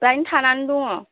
बेवहायनो थानानै दङ